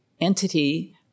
entity